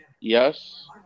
Yes